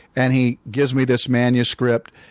and he gives me this manuscript.